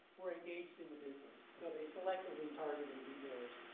were engaged in the business. so they selectively targeted retailers,